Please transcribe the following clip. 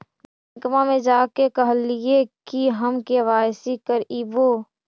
बैंकवा मे जा के कहलिऐ कि हम के.वाई.सी करईवो?